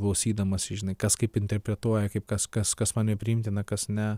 klausydamasi žinai kas kaip interpretuoja kaip kas kas man nepriimtina kas ne